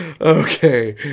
Okay